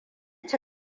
ci